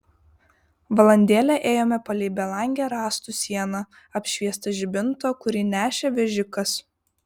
valandėlę ėjome palei belangę rąstų sieną apšviestą žibinto kurį nešė vežikas